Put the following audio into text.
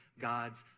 God's